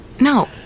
No